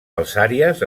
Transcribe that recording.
alçàries